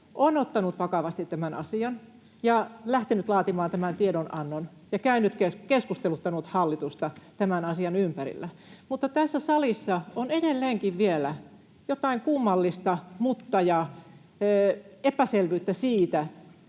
on ottanut vakavasti tämän asian ja lähtenyt laatimaan tämän tiedonannon ja keskusteluttanut hallitusta tämän asian ympärillä. Mutta tässä salissa on edelleenkin vielä joitain kummallisia muttia ja epäselvyyttä siitä,